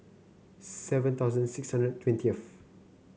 seven thousand six hundred twentieth